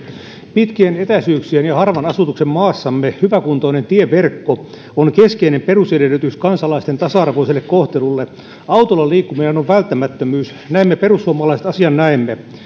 pitkien etäisyyksien ja harvan asutuksen maassamme hyväkuntoinen tieverkko on keskeinen perusedellytys kansalaisten tasa arvoiselle kohtelulle autolla liikkuminen on välttämättömyys näin me perussuomalaiset asian näemme